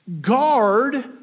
guard